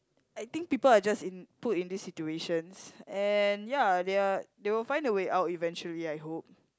I think people are just in put in these situations and ya they are they will find their way out eventually I hope